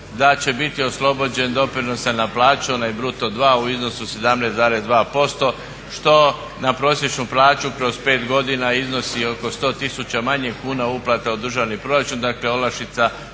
da će biti oslobođen doprinosa na plaću onaj bruto dva u iznosu od 17,2% što na prosječnu plaću kroz 5 godina iznosi oko 100 000 manje kuna uplata u državni proračun. Dakle, olakšica